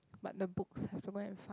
but the books have to go and find